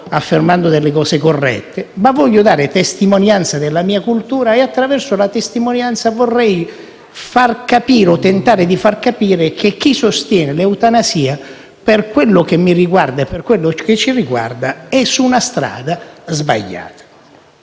affermando delle cose corrette - ma voglio dare testimonianza della mia cultura e, in questo modo, tentare di far capire che chi sostiene l'eutanasia, per quello che mi riguarda e per quello che ci riguarda, è su una strada sbagliata.